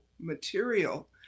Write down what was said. material